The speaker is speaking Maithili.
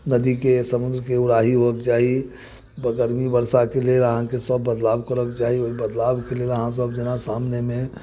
नदीके समुद्रके उड़ाही होबक चाही गरमी वर्षाके लेल अहाँके सभ बदलाव करक चाही बदलावके लेल अहाँसभ जेना सामनेमे